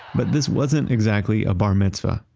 but this wasn't exactly a bar mitzvah,